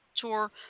tour